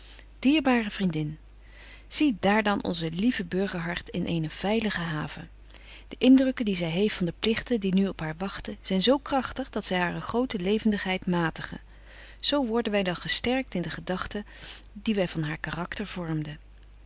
dierbaare vriendin zie daar dan onze lieve burgerhart in eene veilige haven de indrukken die zy heeft van de pligten die nu op haar wagten zyn zo kragtig dat zy hare grote levendigheid matigen zo worden wy dan versterkt in de gedagten die wy van haar karakter vormden